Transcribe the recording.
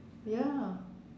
ya